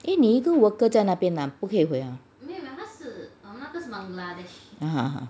eh 你一个 worker 在那边啊不可以会啊 ha